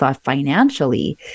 financially